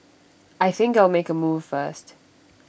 I think I'll make A move first